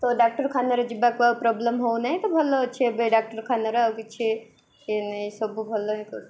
ତ ଡାକ୍ତରଖାନାରେ ଯିବାକୁ ଆଉ ପ୍ରୋବ୍ଲେମ୍ ହଉ ନାହିଁ ତ ଭଲ ଅଛି ଏବେ ଡାକ୍ତରଖାନାରେ ଆଉ କିଛି ସବୁ ଭଲ ହିଁ କରୁ